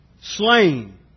slain